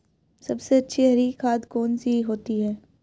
सबसे अच्छी हरी खाद कौन सी होती है?